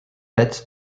pets